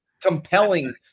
compelling